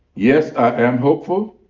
yes, i am hopeful.